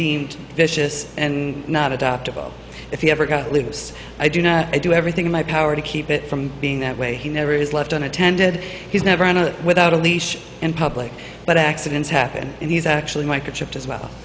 deemed vicious and not adoptable if he ever got loose i do know i do everything in my power to keep it from being that way he never is left unattended he's never done it without a leash in public but accidents happen and he's actually microchips as well